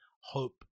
Hope